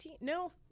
no